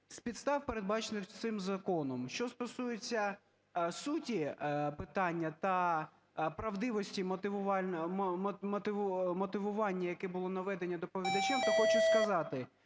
з підстав, передбачених цим законом. Що стосується суті питання та правдивості мотивування, яке було наведено доповідачем, то хочу сказати,